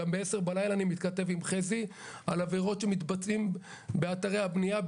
גם ב-10 בלילה אני מתכתב עם חזי על עבירות שמתבצעות באתרי הבנייה,